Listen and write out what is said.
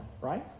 Right